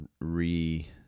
re